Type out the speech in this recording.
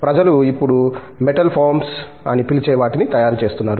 ప్రజలు ఇప్పుడు metal foams అని పిలిచే వాటిని తయారుచేస్తున్నారు